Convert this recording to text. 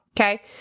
Okay